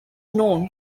known